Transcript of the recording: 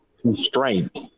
constraint